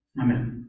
amen